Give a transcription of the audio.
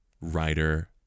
writer